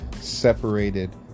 separated